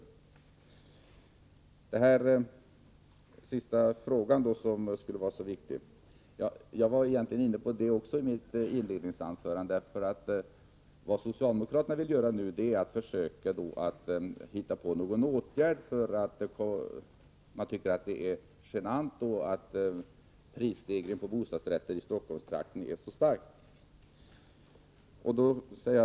Sedan till den sista frågan i Oskar Lindkvists anförande, som skulle vara så viktig. Egentligen var jag inne på samma sak i mitt inledningsanförande. Vad socialdemokraterna nu försöker göra är att komma fram till någon form av åtgärd. Man tycker att det är genant att prissättningen på bostadsrätter i Stockholmstrakten är så starkt påverkad.